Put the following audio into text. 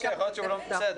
לא נראה ככה, אבל בסדר.